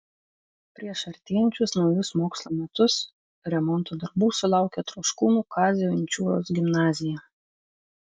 prieš artėjančius naujus mokslo metus remonto darbų sulaukė troškūnų kazio inčiūros gimnazija